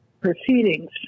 proceedings